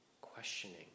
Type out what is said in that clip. questioning